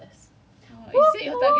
I think almost reach six hundred dollars